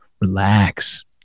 Relax